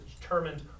determined